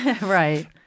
Right